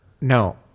No